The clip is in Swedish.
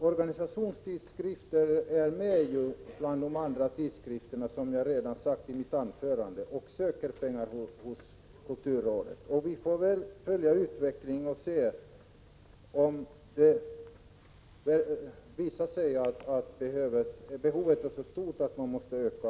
Organisationstidskrifterna finns med bland de andra tidskrifterna, som jag redan har sagt i mitt anförande, och söker pengar hos kulturrådet. Vi får följa utvecklingen och se om det visar sig att behovet är så stort att anslaget måste ökas.